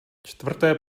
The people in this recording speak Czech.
čtvrté